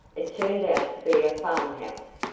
it turned out to be a farmhouse,